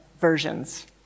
versions